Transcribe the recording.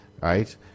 Right